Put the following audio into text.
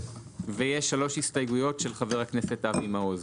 3 הסתייגויות של חבר הכנסת אבי מעוז.